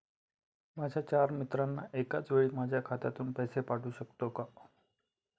माझ्या चार मित्रांना एकाचवेळी माझ्या खात्यातून पैसे पाठवू शकतो का?